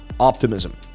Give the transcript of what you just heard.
Optimism